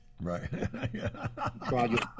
right